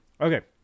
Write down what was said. okay